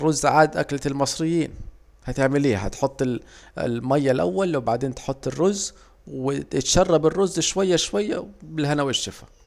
الرز عاد أكلة المصريين، هتعمل ايه هتحط المياه الاول وبعدين تحط الرز، ويتشرب الرز شويه شويه وبالهنا والشفا